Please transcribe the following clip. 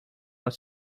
what